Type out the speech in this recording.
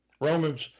Romans